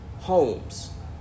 homes